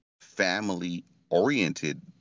family-oriented